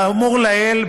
לאור האמור לעיל,